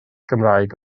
gymraeg